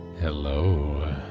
Hello